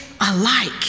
alike